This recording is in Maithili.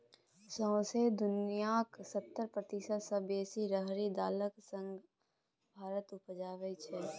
सौंसे दुनियाँक सत्तर प्रतिशत सँ बेसी राहरि दालि असगरे भारत उपजाबै छै